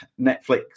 netflix